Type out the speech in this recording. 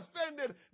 offended